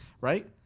right